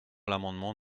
l’amendement